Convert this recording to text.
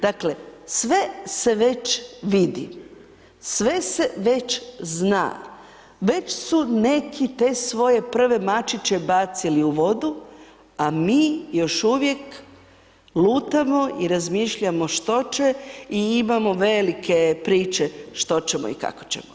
Dakle, sve se već vidi, sve se već zna, već su neki te svoje prve mačiće bacili u vodu, a mi još uvijek lutamo i razmišljamo što će i imamo velike priče što ćemo i kako ćemo.